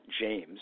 James